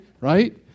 Right